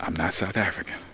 um not south african.